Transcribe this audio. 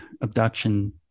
abduction